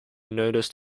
noticed